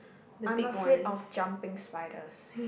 I'm afraid of jumping spiders